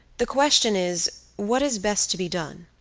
the question is what is best to be done?